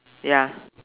ya